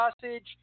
sausage